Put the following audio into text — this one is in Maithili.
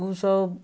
ओसभ